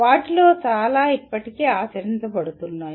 వాటిలో చాలా ఇప్పటికీ ఆచరించబడుతున్నాయి